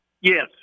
Yes